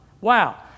Wow